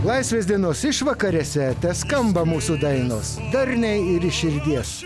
laisvės dienos išvakarėse teskamba mūsų dainos darniai ir širdies